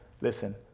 listen